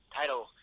title